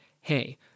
hey